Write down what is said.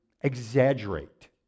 exaggerate